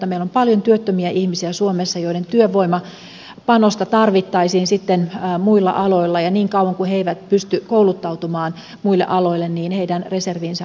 meillä on suomessa paljon työttömiä ihmisiä joiden työvoimapanosta tarvittaisiin muilla aloilla ja niin kauan kuin he eivät pysty kouluttautumaan muille aloille heidän reservinsä on käyttämätön